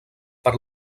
per